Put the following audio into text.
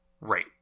Right